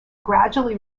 gradually